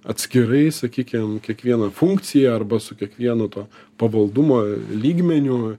atskirai sakykim kiekviena funkcija arba su kiekvienu tuo pavaldumo lygmeniu